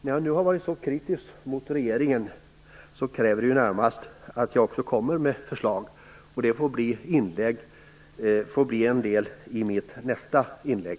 När jag nu har varit så kritisk mot regeringen krävs det att jag också kommer med förslag. Det får bli en del i mitt nästa inlägg.